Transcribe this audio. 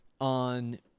on